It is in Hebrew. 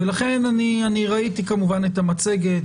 אני ראיתי כמובן את המצגת.